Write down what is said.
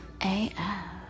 AF